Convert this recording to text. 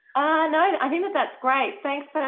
i think that's great. thanks